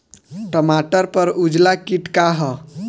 टमाटर पर उजला किट का है?